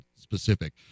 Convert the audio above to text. specific